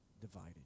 divided